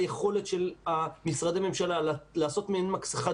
היכולת של משרדי הממשלה לעשות מעין מכסחת